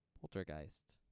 Poltergeist